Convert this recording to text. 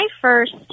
first